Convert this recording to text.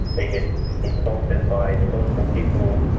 they get insulted by the local people,